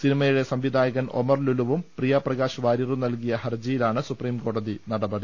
സിനിമയുടെ സംവിധായകൻ ഒമർലുലുവും പ്രിയപ്രകാശ് വാര്യരും നൽകിയ ഹർജിയിലാണ് സുപ്രീംകോടതി നടപടി